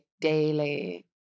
daily